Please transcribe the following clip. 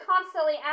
constantly